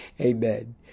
amen